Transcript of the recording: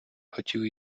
хотів